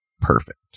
perfect